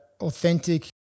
authentic